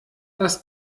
das